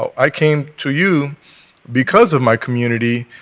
i came to you because of my community.